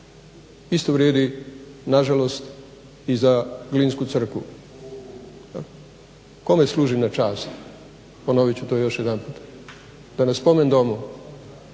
Isto vrijedi nažalost i za glinsku crkvu. Kome služi na čast, ponovit ću to još jedanput, da na spomen domu